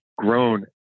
grown